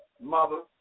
mother